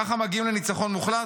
ככה מגיעים לניצחון מוחלט?